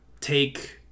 take